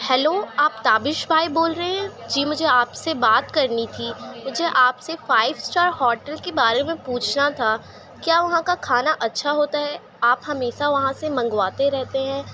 hello آپ تابش بھائی بول رہے ہیں جی مجھے آپ سے بات کرنی تھی مجھے آپ سے فائیو اسٹار ہوٹل کے بارے میں پوچھنا تھا کیا وہاں کا کھانا اچّھا ہوتا ہے آپ ہمیشہ وہاں سے منگواتے رہتے ہیں